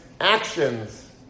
actions